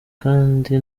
kandi